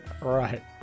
Right